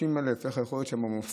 30,000. איך יכול להיות שבמופע